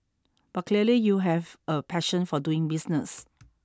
but clearly you have a passion for doing business